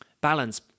balance